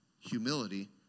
humility